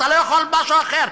אתה לא יכול להיות משהו אחר.